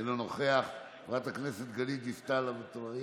אינו נוכח, חברת הכנסת גלית דיסטל אטבריאן,